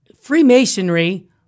Freemasonry